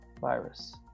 virus